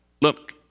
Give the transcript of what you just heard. look